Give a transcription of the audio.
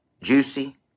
juicy